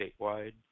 statewide